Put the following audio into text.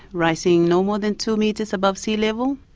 rising no more than two metres above sea level,